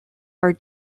are